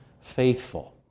faithful